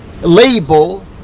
Label